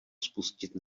spustit